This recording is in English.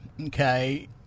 okay